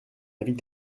avis